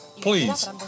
Please